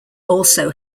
also